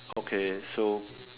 okay so